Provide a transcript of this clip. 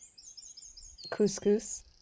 Couscous